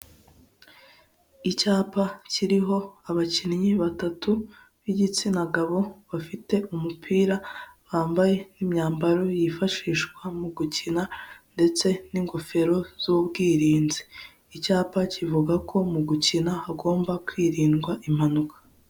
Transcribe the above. Icyapa kiriho abakinnyi batatu b'igitsina gabo bafite umupira, bambaye imyambaro yifashishwa mu gukina ndetse n'ingofero z'ubwirinzi. Icyapa kivuga ko mu gukina hagomba kwirindwa impanuka.